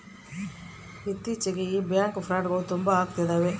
ಇತ್ತೀಚಿಗೆ ಈ ಬ್ಯಾಂಕ್ ಫ್ರೌಡ್ಗಳು ತುಂಬಾ ಅಗ್ತಿದವೆ